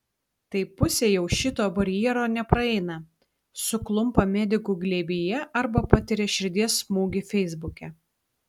tai pusė jau šito barjero nepraeina suklumpa medikų glėbyje arba patiria širdies smūgį feisbuke